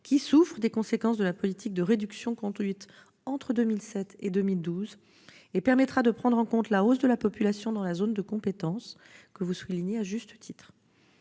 qui souffrent des conséquences de la politique de réduction conduite entre 2007 et 2012. Cette remise à niveau permettra de prendre en compte la hausse de la population dans la zone de compétence de la gendarmerie, que vous soulignez à juste titre.